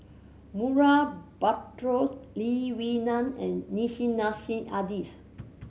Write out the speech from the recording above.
Murray Buttrose Lee Wee Nam and Nissim Nassim Adis